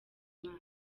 imana